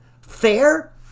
Fair